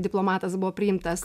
diplomatas buvo priimtas